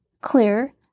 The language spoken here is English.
clear